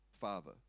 Father